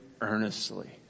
earnestly